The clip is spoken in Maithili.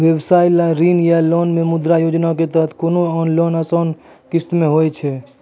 व्यवसाय ला ऋण या लोन मे मुद्रा योजना के तहत कोनो लोन आसान किस्त मे हाव हाय?